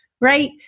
right